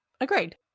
Agreed